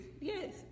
Yes